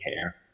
care